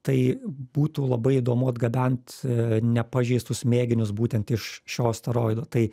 tai būtų labai įdomu atgabent nepažeistus mėginius būtent iš šio asteroido tai